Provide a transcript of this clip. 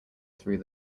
through